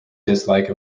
dislike